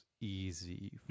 easy